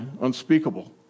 unspeakable